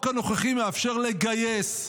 החוק הנוכחי מאפשר לגייס,